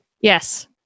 Yes